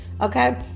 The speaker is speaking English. Okay